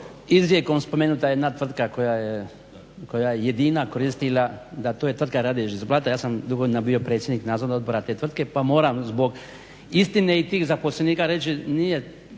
izrijekom spomenuta jedna tvrtka koja je jedina koristila da to je tvrtka … ja sam dugo godina bio predsjednik nadzornog odbora te tvrtke pa moram zbog istine i tih zaposlenika reći nije